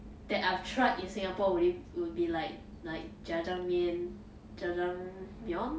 that I've tried in singapore would it would be like like jjajangmian jjajangmyeon